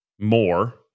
more